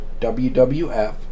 WWF